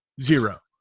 zero